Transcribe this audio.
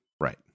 Right